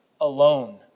alone